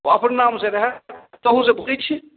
ओ अपन नामसे रहै ताहूसे भऽ जाए छै